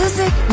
Music